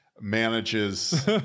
manages